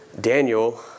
Daniel